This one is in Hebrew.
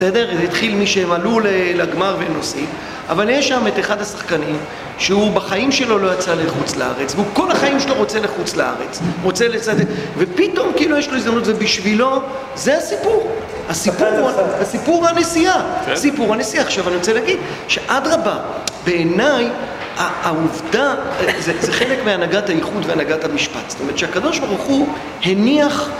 בסדר, התחיל משהם עלו לגמר והם נוסעים, אבל יש שם את אחד השחקנים שהוא בחיים שלו לא יצא לחוץ לארץ, והוא כל החיים שלו רוצה לחוץ לארץ, רוצה לצאת... ופתאום כאילו יש לו הזדמנות, ובשבילו זה הסיפור, הסיפור והנסיעה, סיפור הנסיעה. עכשיו אני רוצה להגיד, שאדרבה, בעיניי העובדה, זה חלק מהנהגת הייחוד והנהגת המשפט. זאת אומרת, שהקדוש ברוך הוא הניח